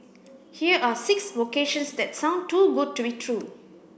here are six vocations that sound too good to be true